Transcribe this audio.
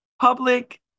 public